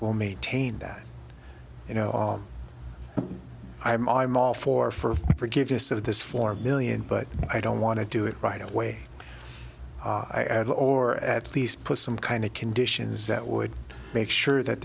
will maintain that you know i'm i'm all for for forgiveness of this four million but i don't want to do it right away i have or at least put some kind of conditions that would make sure that